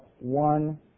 one